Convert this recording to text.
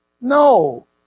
No